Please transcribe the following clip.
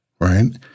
right